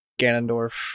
Ganondorf